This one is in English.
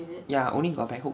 ya only got back hook